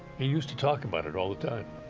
he use to talk about it all the time.